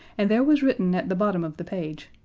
and there was written at the bottom of the page,